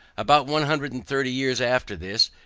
about one hundred and thirty years after this,